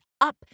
up